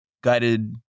guided